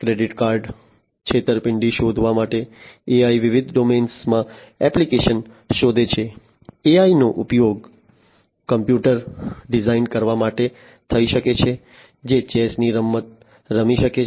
credit card છેતરપિંડી શોધવા માટે AI વિવિધ ડોમેન્સમાં એપ્લિકેશન શોધે છે AI નો ઉપયોગ કમ્પ્યુટર ડિઝાઇન કરવા માટે થઈ શકે છે જે ચેસ ની રમત રમી શકે છે